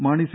Mani C